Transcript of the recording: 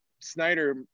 snyder